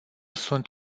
sunt